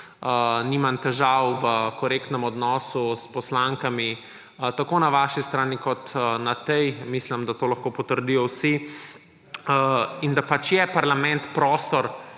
nimam težav v korektnem odnosu s poslankami tako na vaši strani kot na tej − mislim, da to lahko potrdijo vsi − in da pač je parlament prostor,